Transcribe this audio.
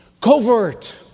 covert